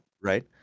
right